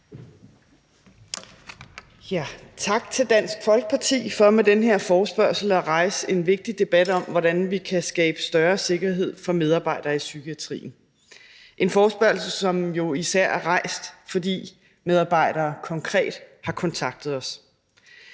Tak til Dansk Folkeparti for med den her forespørgsel at rejse en vigtig debat om, hvordan vi kan skabe større sikkerhed for medarbejdere i psykiatrien. Det er en forespørgsel, som jo især er rejst, fordi medarbejdere konkret har kontaktet os.